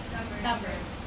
Numbers